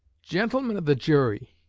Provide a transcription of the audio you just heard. gentlemen of the jury.